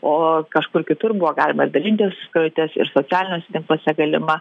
o kažkur kitur buvo galima ir dalinti skrajutes ir socialiniuose tinkluose galima